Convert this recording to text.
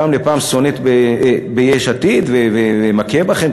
מפעם לפעם אני סונט ביש עתיד ומכה בכם,